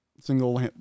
single